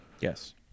yes